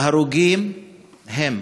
וההרוגים הם: